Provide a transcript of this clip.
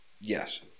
Yes